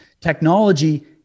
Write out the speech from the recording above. technology